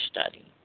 study